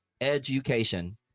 education